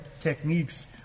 techniques